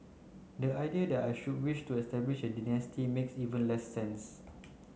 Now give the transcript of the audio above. the idea that I should wish to establish a dynasty makes even less sense